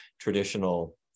traditional